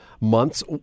months